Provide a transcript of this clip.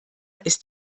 ist